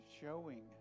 showing